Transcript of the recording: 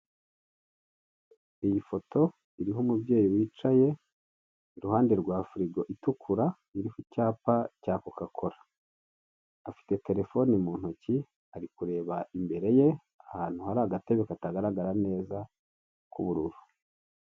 Iyi foto iriho umubyeyi wicaye iruhande rwa firigo itukura, ifite icyapa cya kokakola, afite terefone mu ntoki, ari kureba imbere ye ahantu hari agatebe katagaragara neza k'ubururu.